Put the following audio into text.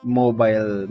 mobile